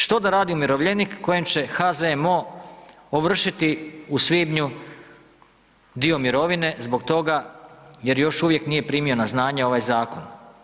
Što da radi umirovljenik kojem će HZMO ovršiti u svibnju dio mirovine zbog toga jer još uvijek nije primio na znanje ovaj zakon?